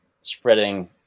spreading